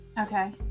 Okay